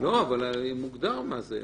לא, אבל מוגדר מי זה.